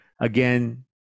again